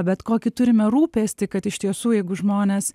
bet kokį turime rūpestį kad iš tiesų jeigu žmonės